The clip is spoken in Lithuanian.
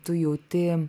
tu jauti